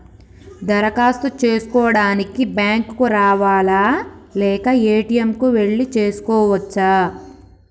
దరఖాస్తు చేసుకోవడానికి బ్యాంక్ కు రావాలా లేక ఏ.టి.ఎమ్ కు వెళ్లి చేసుకోవచ్చా?